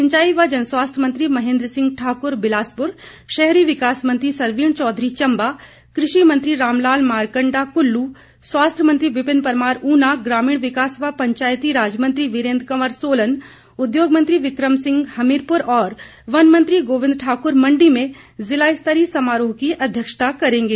सिंचाई व जनस्वास्थ्य मंत्री महेन्द्र सिंह ठाकुर बिलासपुर शहरी विकास मंत्री सरवीण चौधरी चम्बा कृषि मंत्री रामलाल मारकंडा कुल्लू स्वास्थ्य मंत्री विपिन परमार उना ग्रामीण विकास व पंचायतीराज मंत्री वीरेन्द्र कंवर सोलन उद्योग मंत्री बिकम सिंह हमीरपूर और वनमंत्री गोबिंद ठाकुर मंडी में जिला स्तरीय समरोह की अध्यक्षता करेंगे